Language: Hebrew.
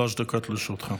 בבקשה, שלוש דקות לרשותך.